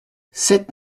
sept